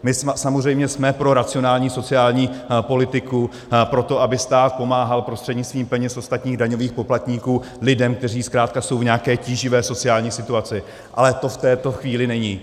My samozřejmě jsme pro racionální sociální politiku, pro to, aby stát pomáhal prostřednictvím peněz ostatních daňových poplatníků lidem, kteří zkrátka jsou v nějaké tíživé sociální situaci, ale to v této chvíli není.